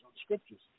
scriptures